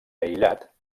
aïllat